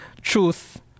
truth